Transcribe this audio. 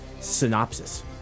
synopsis